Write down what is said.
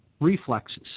reflexes